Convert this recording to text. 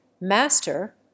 master